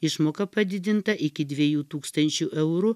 išmoka padidinta iki dviejų tūkstančių eurų